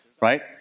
right